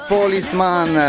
Policeman